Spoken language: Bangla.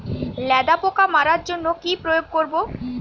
লেদা পোকা মারার জন্য কি প্রয়োগ করব?